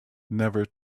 never